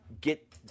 get